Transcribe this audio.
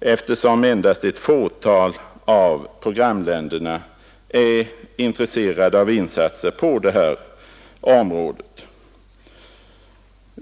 eftersom endast ett fåtal av programländerna är intresserade av insatser på detta område.